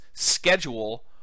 schedule